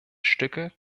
stücke